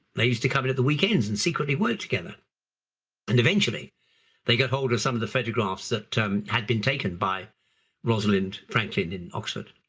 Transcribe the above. they used to come in at the weekends and secretly worked together and eventually they got hold of some of the photographs that had been taken by rosalind franklin in oxford.